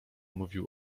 mówił